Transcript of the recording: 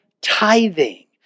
tithing